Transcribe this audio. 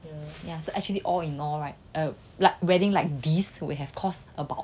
yeah so actually all in all right yeah wedding like these will have cost about